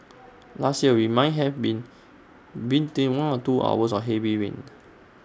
last year we might have been one and two hours of heavy rain